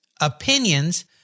opinions